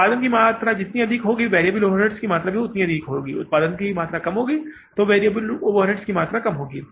उत्पादन की मात्रा जितनी अधिक होगी वेरिएबल ओवरहेड्स की मात्रा उतनी ही अधिक होगी उत्पादन की मात्रा कम होगी वेरिएबल ओवरहेड्स की मात्रा कम होगी